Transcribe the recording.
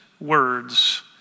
words